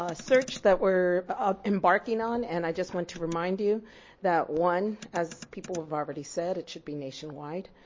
ah search that we're embarking on and i just want to remind you that one, as people have already said, it should be nationwide.